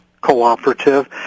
cooperative